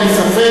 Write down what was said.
אין לי ספק.